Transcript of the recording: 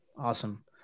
awesome